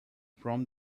from